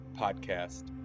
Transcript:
Podcast